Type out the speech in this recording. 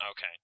Okay